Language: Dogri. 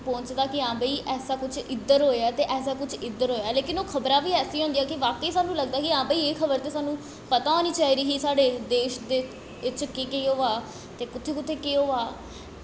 पहुंचदा कि ऐसी कुछ इद्धर होएआ ऐसा कुछ इद्धर होएआ लेकिन ओह् खबरां बी ऐसियां होंदियां सानूं बाकाई लगदा कि सानूं एह्खबर पता होनी चाहिदा ही साढ़े देश दे च केह् केह् होआ दा कुत्थें कुत्थें केह् केह् होआ दा